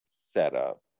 setup